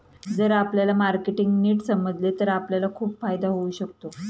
जर आपल्याला मार्केटिंग नीट समजले तर आपल्याला खूप फायदा होऊ शकतो